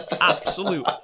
absolute